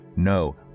No